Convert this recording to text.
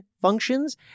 functions